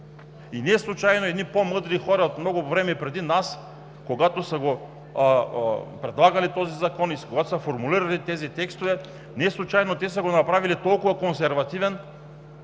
и неслучайно едни по-мъдри хора много време преди нас, когато са предлагали този закон и когато са формулирали тези текстове, са го направили толкова консервативен,